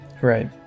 Right